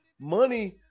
money